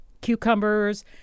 cucumbers